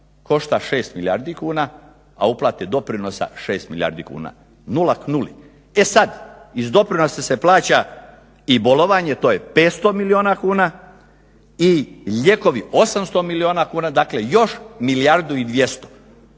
košta 6 milijardi kuna, a uplate doprinosa 6 milijardi kuna. Nula k nuli. E sad, iz doprinosa se plaća i bolovanje to je 500 milijuna kuna i lijekovi 800 milijuna kuna. Dakle, još milijardu i 200.